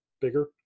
bigger